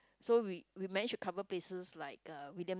so we we manage to cover places like uh William